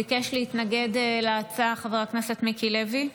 ביקש להתנגד להצעה חבר הכנסת מיקי לוי.